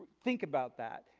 think about that.